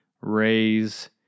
raise